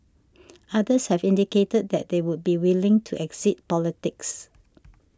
others have indicated that they would be willing to exit politics